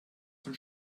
dem